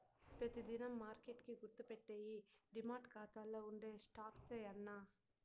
పెతి దినం మార్కెట్ కి గుర్తుపెట్టేయ్యి డీమార్ట్ కాతాల్ల ఉండే స్టాక్సే యాన్నా